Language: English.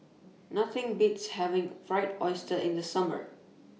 Nothing Beats having Fried Oyster in The Summer